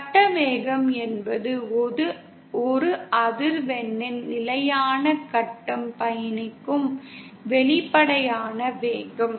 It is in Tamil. கட்ட வேகம் என்பது ஒரு அதிர்வெண்ணின் நிலையான கட்டம் பயணிக்கும் வெளிப்படையான வேகம்